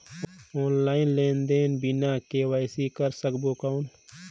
Online लेनदेन बिना KYC कर सकबो कौन??